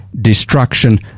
destruction